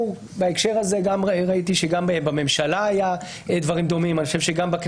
גם של חברי